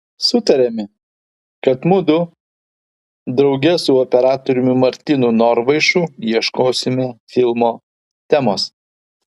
sutarėme kad mudu drauge su operatoriumi martynu norvaišu ieškosime filmo temos